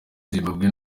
zimbabwe